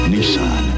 Nissan